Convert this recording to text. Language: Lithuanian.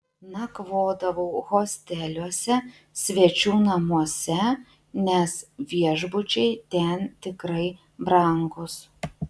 nakvodavau hosteliuose svečių namuose nes viešbučiai ten tikrai brangūs